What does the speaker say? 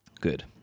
good